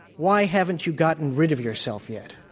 why haven't you gotten rid of yourself yet?